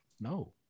No